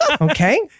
Okay